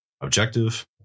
objective